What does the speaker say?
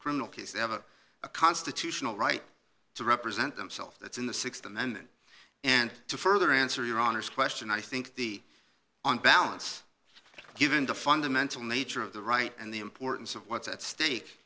criminal case they have a constitutional right to represent themself that's in the th and then and to further answer your honor's question i think the on balance given the fundamental nature of the right and the importance of what's at stake